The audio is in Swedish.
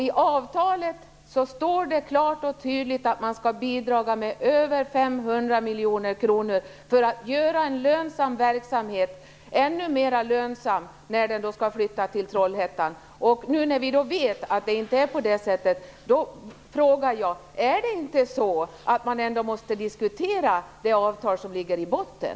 I avtalet står det klart och tydligt att man skall bidra med över 500 miljoner kronor för att göra en lönsam verksamhet ännu mer lönsam när den flyttar till Trollhättan. När vi nu vet att det inte är på det sättet frågar jag: Måste man då inte diskutera det avtal som ligger i botten?